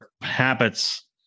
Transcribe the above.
habits